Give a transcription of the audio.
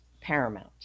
paramount